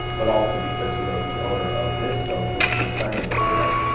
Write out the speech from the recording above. but also because he knows the owner of this coach, who's consigning it with us,